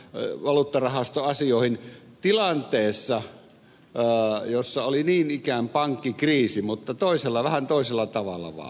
ey valuuttarahastoasioihin tilanteessa jossa oli niin ikään pankkikriisi mutta vähän toisella tavalla vaan